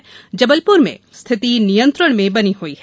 उधर जबलपुर में स्थिति नियंत्रण में बनी हुई है